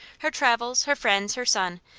her travels, her friends, her son.